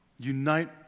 Unite